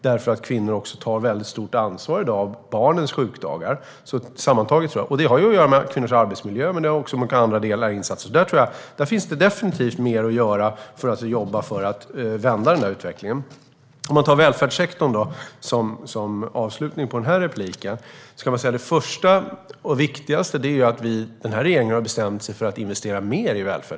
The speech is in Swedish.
Kvinnor tar i dag sammantaget väldigt stort ansvar för barnens sjukdagar, tror jag. Det har att göra med kvinnors arbetsmiljö, men det finns också många andra delar och insatser. Det finns definitivt mer att göra för att jobba för att vända den utvecklingen. Vad gäller välfärdssektorn är det viktigaste att den här regeringen har bestämt sig för att investera mer där.